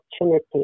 opportunity